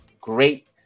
great